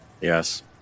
Yes